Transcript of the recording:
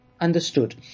Understood